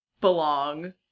belong